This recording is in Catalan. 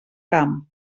camp